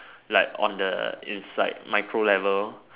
like on the inside micro level